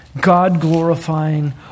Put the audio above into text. God-glorifying